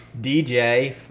DJ